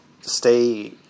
stay